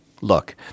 look